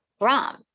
Ram